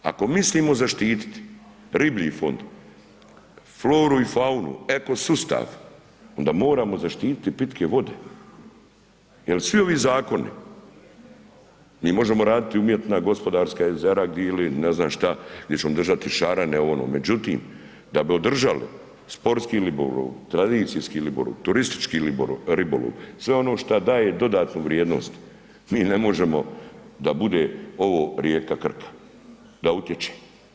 Ako mislimo zaštititi riblji fond, floru i faunu, eko sustav, onda moramo zaštititi i pitke vode jel svi ovi zakoni, mi možemo raditi umjetna gospodarska jezera ili ne znam šta gdje ćemo držati šarene, ovo ono, međutim da bi održali sportski ribolov, tradicijski ribolov, turistički ribolov, sve ono šta daje dodatnu vrijednost mi ne možemo da bude ovo rijeka Krka, da utječe.